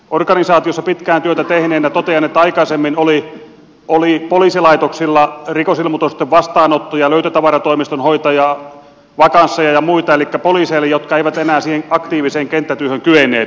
organisaatiossa pitkään työtä tehneenä totean että aikaisemmin oli poliisilaitoksilla rikosilmoitusten vastaanotto ja löytötavaratoimiston hoitaja vakansseja ja muita poliiseille jotka eivät enää siihen aktiiviseen kenttätyöhön kyenneet